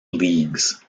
leagues